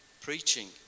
preaching